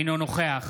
אינו נוכח